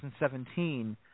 2017